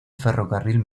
ferrocarril